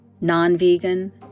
non-vegan